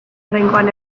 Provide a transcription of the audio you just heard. oraingoan